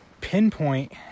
pinpoint